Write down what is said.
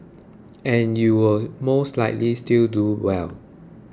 and you will most likely still do well